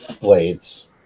blades